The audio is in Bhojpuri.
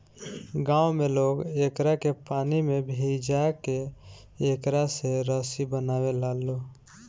गांव में लोग एकरा के पानी में भिजा के एकरा से रसरी बनावे लालो